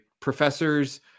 professors